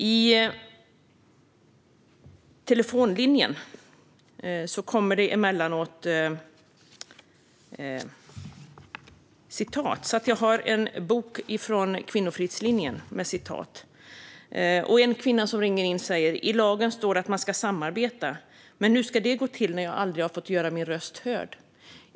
Jag har en bok här med citat från Kvinnofridslinjen. En kvinna som ringer in säger: "I lagen står det att man ska samarbeta, men hur ska det gå till när jag aldrig har fått göra min röst hörd?"